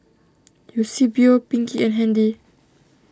Eusebio Pinkie and Handy